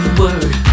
word